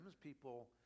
people